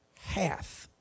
hath